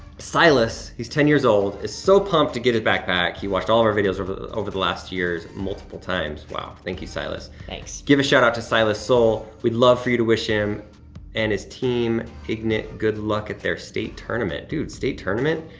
silas, he's ten years old, is so pumped to get his backpack. he watched all of our videos over the last years multiple times. wow, thank you, silas. thanks. give a shout-out to silas seoul. we'd love for you to wish him and his team, ignit, good luck at their state tournament. dude, state tournament?